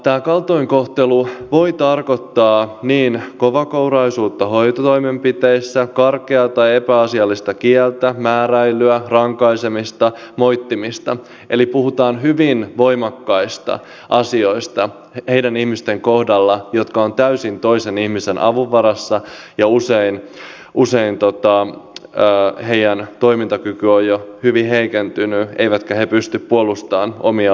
tämä kaltoinkohtelu voi tarkoittaa kovakouraisuutta hoitotoimenpiteissä karkeaa tai epäasiallista kieltä määräilyä rankaisemista moittimista eli puhutaan hyvin voimakkaista asioista niiden ihmisten kohdalla jotka ovat täysin toisen ihmisen avun varassa ja usein heidän toimintakykynsä on jo hyvin heikentynyt eivätkä he pysty puolustamaan omia oikeuksiaan